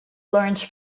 laurence